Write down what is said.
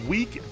Week